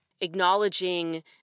acknowledging